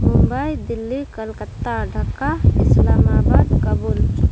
Mumbai Delhi Kolkata Dhaka Islamabad Kabul